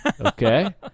okay